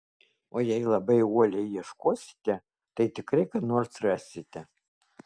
o jei labai uoliai ieškosite tai tikrai ką nors rasite